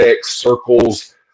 circles